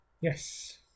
Yes